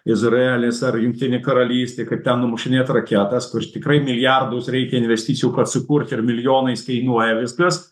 izraelis ar jungtinė karalystė kaip ten numušinėt raketas kur tikrai milijardus reikia investicijų kad sukurt ir milijonais kainuoja viskas